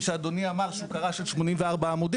מבלי שהדבר ייחשב הפרה של החוזה מצידו".